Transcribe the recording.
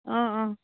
অঁ অঁ